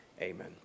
amen